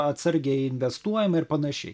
atsargiai investuojama ir panašiai